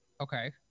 Okay